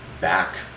back